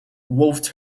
wolfed